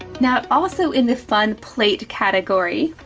now, also in the fun plate category,